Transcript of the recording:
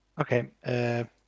okay